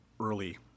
early